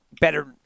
better